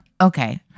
okay